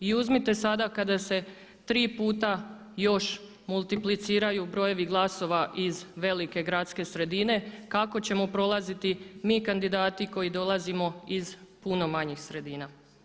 I uzmite sada kada se tri puta još multipliciraju brojevi glasova iz velike gradske sredine kako ćemo prolaziti mi kandidati koji dolazimo iz puno manjih sredina.